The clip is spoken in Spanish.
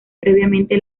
previamente